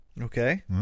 Okay